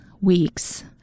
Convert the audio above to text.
weeks